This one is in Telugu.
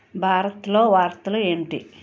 భారత్లో వార్తలు ఏంటి